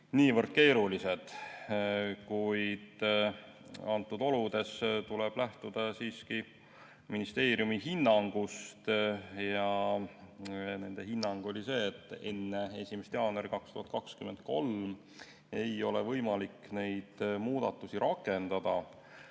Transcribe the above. niivõrd keerulised. Kuid antud oludes tuleb lähtuda siiski ministeeriumi hinnangust. Nende hinnang oli see, et enne 1. jaanuari 2023 ei ole võimalik neid muudatusi rakendada.